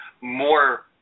more